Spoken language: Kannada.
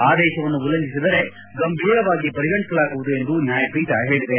ಆದೇಶವನ್ನು ಉಲ್ಲಂಘಿಸಿದರೆ ಗಂಭೀರವಾಗಿ ಪರಿಗಣಿಸಲಾಗುವುದು ಎಂದು ನ್ಯಾಯಪೀಠ ಹೇಳಿದೆ